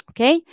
Okay